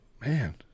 man